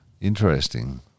Interesting